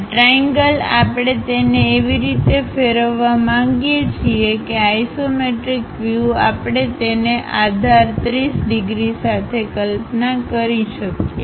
આ ત્રિએંગલ આપણે તેને એવી રીતે ફેરવવા માંગીએ છીએ કે આઇસોમેટ્રિક વ્યૂ આપણે તેને આધાર 30 ડિગ્રી સાથે કલ્પના કરી શકીએ